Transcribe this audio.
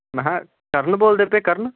ਮੈਂ ਹਾ ਕਰਨ ਬੋਲਦੇ ਪਏ ਕਰਨ